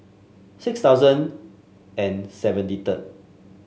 six thousand and seventy third